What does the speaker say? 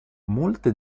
molte